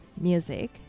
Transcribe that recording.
music